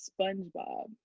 Spongebob